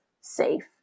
safe